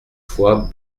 fois